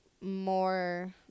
more